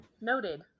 noted